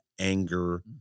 anger